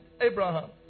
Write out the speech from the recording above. Abraham